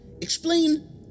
Explain